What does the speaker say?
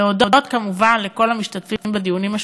להודות כמובן לכל המשתתפים בדיונים,